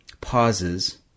pauses